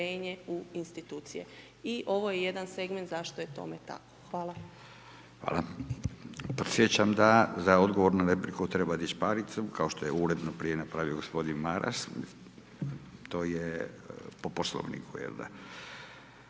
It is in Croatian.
u institucije i ovo je jedan segment zašto je tome tako. Hvala. **Radin, Furio (Nezavisni)** Hvala. Podsjećam da za odgovor na repliku treba dić paricu kao što je uredno prije napravio gospodin Maras, to je po Poslovniku, jel da,